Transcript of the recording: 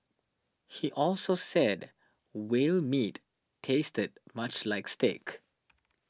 he also said whale meat tasted much like steak